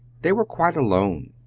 they were quite alone,